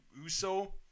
Uso